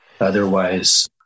Otherwise